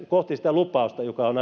kohti sitä lupausta joka on